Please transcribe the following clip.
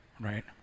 right